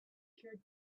cured